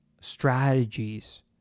strategies